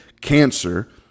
cancer